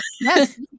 Yes